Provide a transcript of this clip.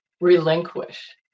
relinquish